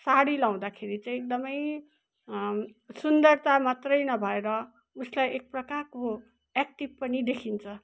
साडी लगाउँदाखेरि चाहिँ एकदमै सुन्दरता मात्रै नभएर उसलाई एक प्रकारको एक्टिभ पनि देखिन्छ